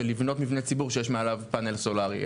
של לבנות מבנה ציבור שיש מעליו פאנל סולרי,